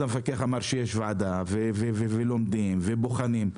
המפקח אמר שיש ועדה ולומדים ובוחנים,